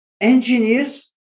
engineers